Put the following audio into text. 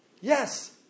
Yes